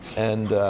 and